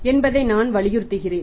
என்பதை நான் வலியுறுத்துகிறேன்